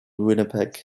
winnipeg